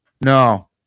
No